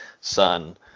son